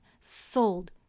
sold